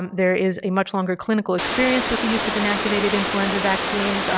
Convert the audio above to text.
there is a much longer clinical experience with the use of inactivated influenza vaccines.